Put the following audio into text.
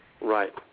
Right